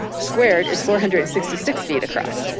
squared is four hundred and sixty six feet across.